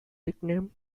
nicknamed